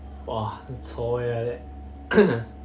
!wah! chor eh like that